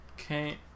Okay